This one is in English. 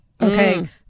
okay